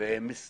בוקר טוב לכולם,